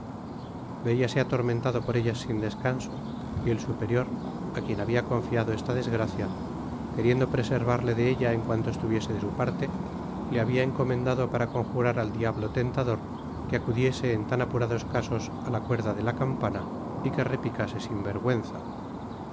veiase atormentado por ellas sin descanso y el superior á quien habia confiado esta desgracia queriendo preservarle de ella en cuanto estuviese de su parte le habia encomendado para conjurar al diablo tentador que acudiese en tan apurados casos á la cuerda de la campana y que repicase sin vergüenza